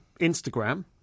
Instagram